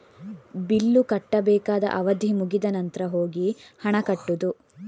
bill ಕಟ್ಟಬೇಕಾದ ಅವಧಿ ಮುಗಿದ ನಂತ್ರ ಹೋಗಿ ಹಣ ಕಟ್ಟುದು